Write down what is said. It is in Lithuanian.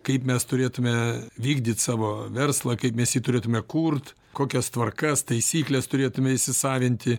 kaip mes turėtume vykdyt savo verslą kaip mes jį turėtume kurt kokias tvarkas taisykles turėtume įsisavinti